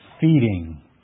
feeding